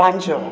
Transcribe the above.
ପାଞ୍ଚ